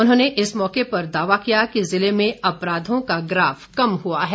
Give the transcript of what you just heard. उन्होंने इस मौके पर दावा किया कि जिले में अपराधों का ग्राफ कम हआ है